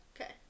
Okay